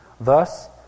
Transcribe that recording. Thus